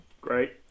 great